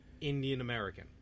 Indian-American